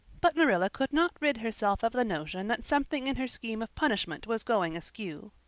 but marilla could not rid herself of the notion that something in her scheme of punishment was going askew.